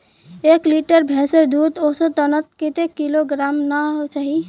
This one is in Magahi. एक लीटर भैंसेर दूध औसतन कतेक किलोग्होराम ना चही?